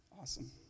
Awesome